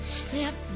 step